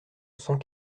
cent